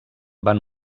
van